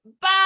Bye